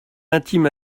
intime